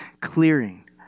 clearing